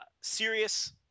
serious